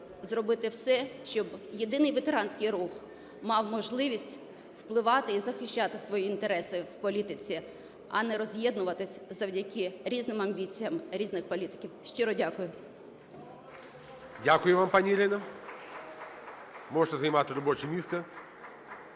зробити все, щоб єдиний ветеранський рух мав можливість впливати і захищати свої інтереси в політиці, а не роз'єднуватися завдяки різним амбіціям різних політиків. Щиро дякую. ГОЛОВУЮЧИЙ. Дякую вам, пані Ірина. Можна займати робоче місце.